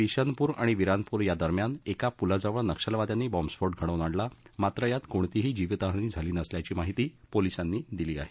बिशनपूर आणि विरानपूर दरम्यान एका पुलाजवळ नक्षलवाद्यांनी बॅम्बस्फोट घडवून आणला मात्र यात कोणतीही जीवितहानी झाली नसल्याची माहिती पोलिसांनी दिली आहे